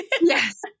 Yes